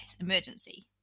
emergency